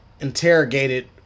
interrogated